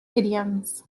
idioms